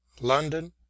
London